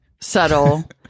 subtle